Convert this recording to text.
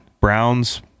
Browns